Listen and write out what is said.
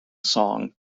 song